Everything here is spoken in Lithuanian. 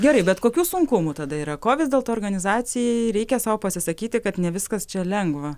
gerai bet kokių sunkumų tada yra ko vis dėlto organizacijai reikia sau pasisakyti kad ne viskas čia lengva